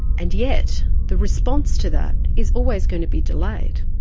and yet the response to that is always going to be delayed.